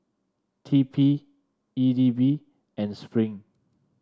T P E D B and Spring